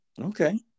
Okay